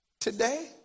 today